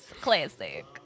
Classic